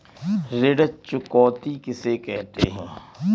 ऋण चुकौती किसे कहते हैं?